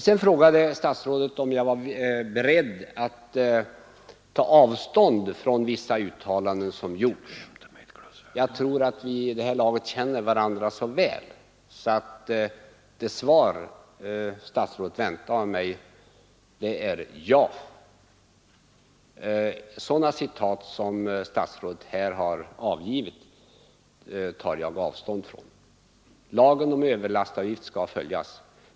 Sedan frågade statsrådet om jag var beredd att ta avstånd från vissa uttalanden som gjorts. Jag tror att vi vid det här laget känner varandra så väl att det svar statsrådet väntar av mig är ja. Sådana citat som statsrådet här har anfört tar jag avstånd från. Lagen om överlastavgift skall följas.